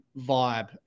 vibe